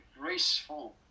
graceful